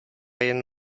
jen